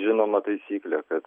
žinoma taisyklė kad